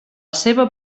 seva